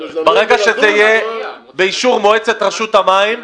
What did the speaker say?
ברגע שזה יהיה באישור מועצת רשות המים,